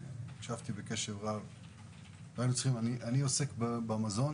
אני עוסק במזון